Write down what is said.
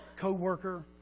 co-worker